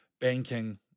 banking